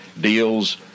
deals